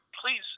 Please